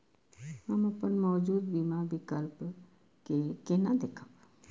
हम अपन मौजूद बीमा विकल्प के केना देखब?